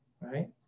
right